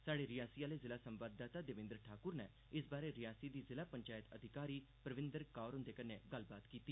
स्हाड़े रियासी आह्ले जिला संवाददाता देवेन्द्र ठाकुर नै इस बारै रियासी दी जिला पंचैत अधिकारी परविंदर कौर हुंदे कन्नै गल्लबात कीती